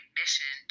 mission